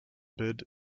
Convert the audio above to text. bid